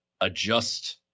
adjust